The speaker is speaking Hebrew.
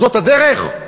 זאת הדרך?